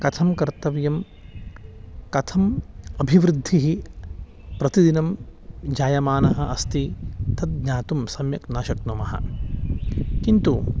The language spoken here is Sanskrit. कथं कर्तव्यं कथम् अभिवृद्धिः प्रतिदिनं जायमाना अस्ति तद् ज्ञातुं सम्यक् न शक्नुमः किन्तु